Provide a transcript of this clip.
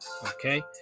Okay